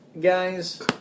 guys